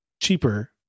cheaper